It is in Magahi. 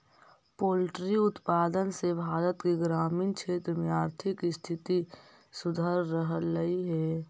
पोल्ट्री उत्पाद से भारत के ग्रामीण क्षेत्र में आर्थिक स्थिति सुधर रहलई हे